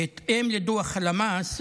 בהתאם לדוח הלמ"ס,